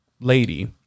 lady